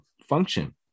function